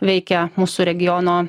veikia mūsų regiono